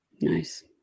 Nice